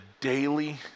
daily